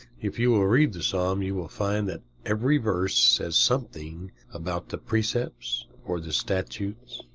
if you will read the psalm, you will find that every verse says something about the precepts, or the statutes,